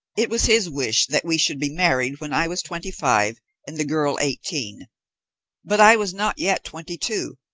it was his wish that we should be married when i was twenty-five and the girl eighteen but i was not yet twenty-two,